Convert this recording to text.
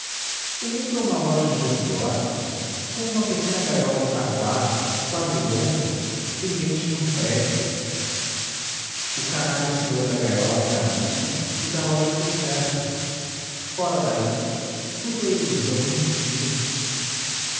o mundo é uma loja de belchior com uma pequena gaiola de taquara quadrilonga pendente de um prego o canário é senhor da gaiola que habita e da loja que o cerca fora daí tudo é ilusão e mentira